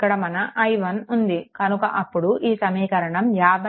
ఇక్కడ మన i1 ఉంది కనుక అప్పుడు ఈ సమీకరణం 5 3 i2